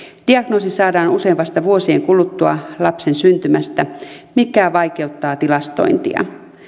diagnoosi saadaan usein vasta vuosien kuluttua lapsen syntymästä mikä vaikeuttaa tilastointia